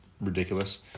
Ridiculous